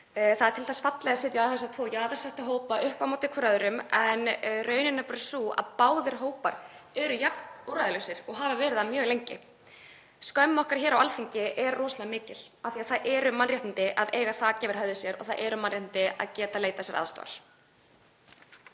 Það er til þess fallið að setja þessa tvo jaðarsettu hópa upp á móti hvor öðrum. Raunin er bara sú að báðir hópar eru jafn úrræðalausir og hafa verið mjög lengi. Skömm okkar hér á Alþingi er rosalega mikil af því að það eru mannréttindi að eiga þak yfir höfuð sér og það eru mannréttindi að geta leitað sér aðstoðar.